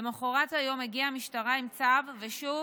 למוחרת היום הגיעה המשטרה עם צו ושוב